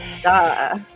duh